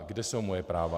Kde jsou moje práva?